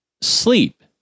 sleep